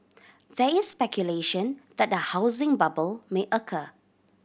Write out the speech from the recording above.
there is speculation that a housing bubble may occur